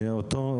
נכון.